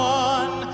one